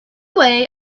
way